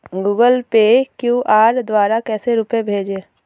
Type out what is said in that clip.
Google Pay QR द्वारा कैसे रूपए भेजें?